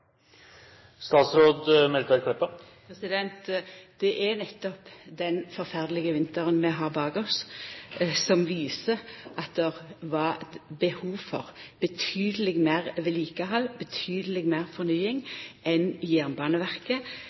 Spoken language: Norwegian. Det er nettopp den forferdelege vinteren vi har bak oss, som viser at det var behov for betydeleg meir vedlikehald, betydeleg meir fornying enn Jernbaneverket